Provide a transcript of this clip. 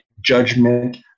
judgment